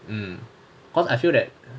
um because I feel that